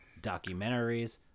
documentaries